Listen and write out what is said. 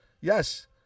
Yes